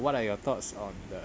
what are your thoughts on that